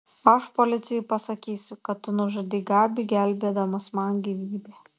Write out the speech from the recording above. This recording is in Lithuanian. aš policijai pasakysiu kad tu nužudei gabį gelbėdamas man gyvybę